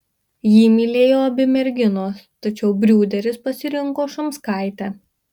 jį mylėjo abi merginos tačiau briūderis pasirinko šumskaitę